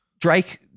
Drake